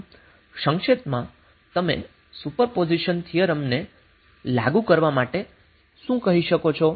આમ સંક્ષેપ્તમાં તમે સુપરપોઝિશન થિયરમને લાગુ કરવા માટે શું કહી શકો છો